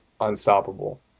unstoppable